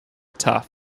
tough